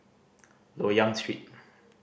Loyang Street